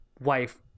wife